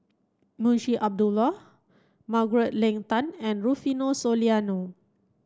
Munshi Abdullah Margaret Leng Tan and Rufino Soliano